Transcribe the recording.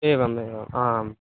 एवम् एवम् आम्